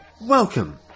Welcome